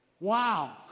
Wow